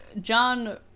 John